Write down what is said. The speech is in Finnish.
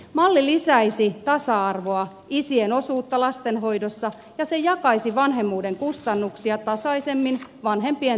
malli lisäisi tasa arvoa isien osuutta lastenhoidossa ja se jakaisi vanhemmuuden kustannuksia tasaisemmin vanhempien työnantajien kesken